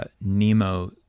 NEMO